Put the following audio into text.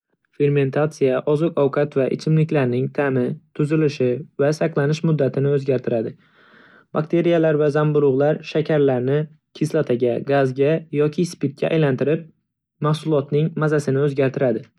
Fermentatsiya oziq-ovqat va ichimliklarning ta'mi, tuzilishi va saqlanish muddatini o'zgartiradi. Bakteriyalar va zamburug'lar shakarlarni kislotaga, gazga yoki spirtga aylantirib, mahsulotning mazasini o'zgartiradi.